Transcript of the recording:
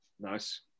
Nice